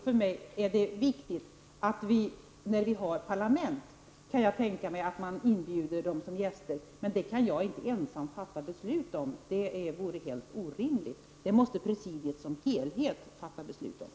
När man i dessa länder fått valda parlament, kan jag tänka mig att vi inbjuder representanter för dessa som gäster. Men det kan jag inte ensam fatta beslut om. Det vore helt orimligt, utan ett sådant beslut måste presidiet i dess helhet fatta.